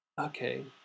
okay